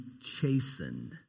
chastened